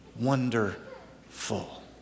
wonderful